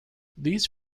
these